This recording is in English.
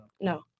No